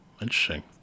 interesting